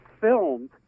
filmed